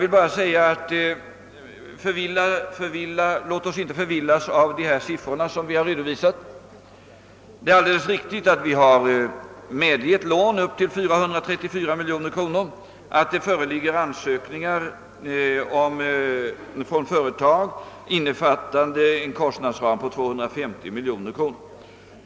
Men, herr Gustavsson, låt oss inte förvillas av de redovisade siffrorna! Det är alldeles riktigt att vi har beviljat lån upp till 434 miljoner kronor och att det från olika företag ingivits ansökningar som omfattar en kostnadsram på 250 miljoner kronor.